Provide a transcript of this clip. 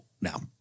Now